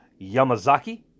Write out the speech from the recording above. Yamazaki